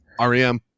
REM